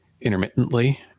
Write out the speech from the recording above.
intermittently